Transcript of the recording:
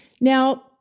Now